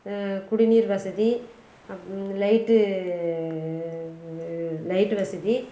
குடிநீர் வசதி light light வசதி